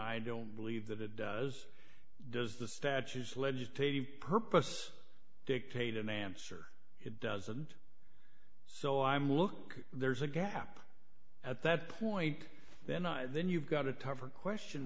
i don't believe that it does does the statutes ledge take a purpose dictate an answer it doesn't so i'm look there's a gap at that point then then you've got a tougher question